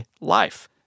life